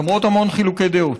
למרות המון חילוקי דעות.